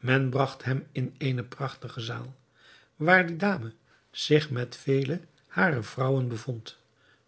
men bragt hem in eene prachtige zaal waar die dame zich met vele harer vrouwen bevond